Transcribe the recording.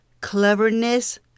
cleverness